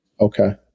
Okay